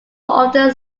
often